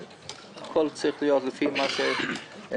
- הכול צריך להיות לפי מה שנסכם